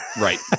right